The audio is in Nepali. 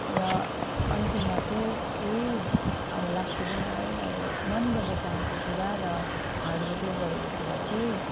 र अन्तिममा चाहिँ यही अब लाग्छ कि मलाई अब मनबाट चाहेको कुरा र हार्डवर्कले गरेको कुरा चाहिँ